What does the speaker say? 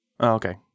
Okay